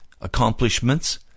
accomplishments